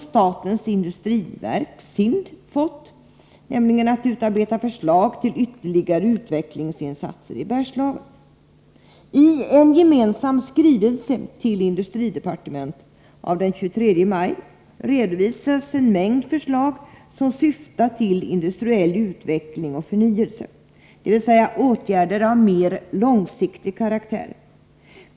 Statens industriverk, SIND, har fått regeringens uppdrag att utarbeta förslag till ytterligare utvecklingsinsatser i Bergslagen. Ten gemensam skrivelse till industridepartementet av den 23 maj redovisas en mängd förslag, som syftar till industriell utveckling och förnyelse, dvs. åtgärder av mer långsiktig karaktär.